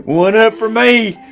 one up for me.